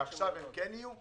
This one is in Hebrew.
ועכשיו הן כן יהיו?